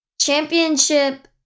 Championship